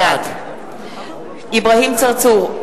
בעד אברהים צרצור,